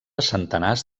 centenars